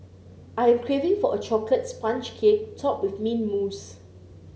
I am craving for a chocolate sponge cake topped with mint mousse